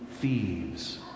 thieves